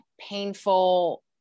painful